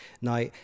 Now